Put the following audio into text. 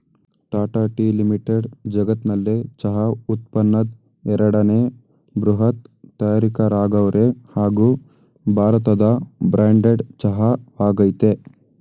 Tata tea limited ಜಗತ್ನಲ್ಲೆ ಚಹಾ ಉತ್ಪನ್ನದ್ ಎರಡನೇ ಬೃಹತ್ ತಯಾರಕರಾಗವ್ರೆ ಹಾಗೂ ಭಾರತದ ಬ್ರ್ಯಾಂಡೆಡ್ ಚಹಾ ವಾಗಯ್ತೆ